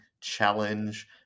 challenge